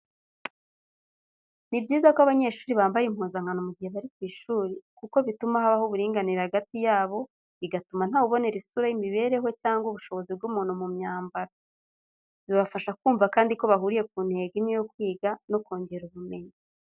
Ni byiza ko abanyeshuri bambara impuzankano mu gihe bari ku ishuri kuko bituma habaho uburinganire hagati yabo, bigatuma ntawubonera isura y'imibereho cyangwa ubushobozi bw'umuntu mu myambaro. Bibafasha kumva kandi ko bahuriye ku ntego imwe yo kwiga no kongera ubumenyi.